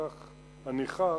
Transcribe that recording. כך אני חש,